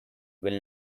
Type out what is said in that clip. will